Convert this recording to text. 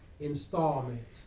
installment